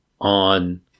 on